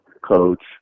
coach